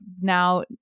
now